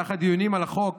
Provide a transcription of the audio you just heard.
ובמהלך הדיונים על החוק